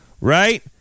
right